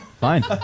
Fine